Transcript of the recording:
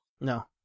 No